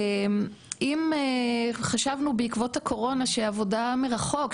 אם חשבנו בעקבות הקורונה שעבודה מרחוק,